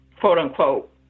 quote-unquote